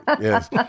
yes